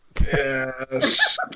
Yes